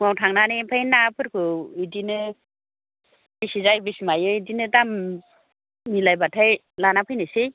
फुङाव थांनानै ओमफ्राय नाफोरखौ बिदिनो बेसे जायो बेसे मायो बिदिनो दाम मिलायबाथाय लाना फैनोसै